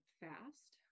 fast